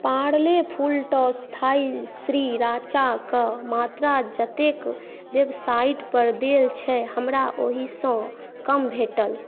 Parle full toss Thai sriracha कऽ मात्रा जतेक वेबसाईट पर देल छै हमरा ओहिसँ कम भेटल